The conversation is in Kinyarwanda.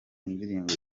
indirimbo